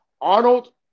Arnold –